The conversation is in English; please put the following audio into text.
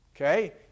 Okay